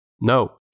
No